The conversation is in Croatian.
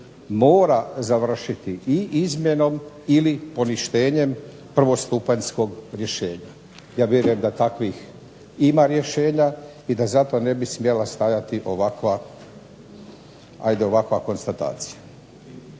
mora završiti i izmjenom ili poništenjem prvostupanjskog rješenja. Ja vjerujem da takvih ima rješenja i da zato ne bi smjela stajati ovakva, hajde